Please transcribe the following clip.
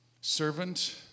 Servant